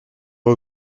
pas